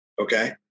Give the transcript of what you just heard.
Okay